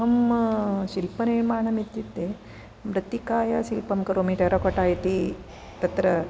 अहं शिल्पनिर्माणम् इत्युक्ते मृत्तिकाया शिल्पनिर्माणं करोमि टेरकोट्टा इति तत्र